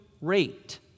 rate